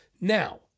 Now